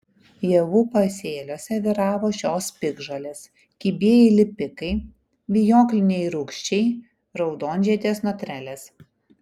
javų pasėliuose vyravo šios piktžolės kibieji lipikai vijokliniai rūgčiai raudonžiedės notrelės